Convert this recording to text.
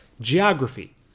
geography